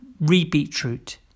re-beetroot